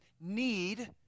need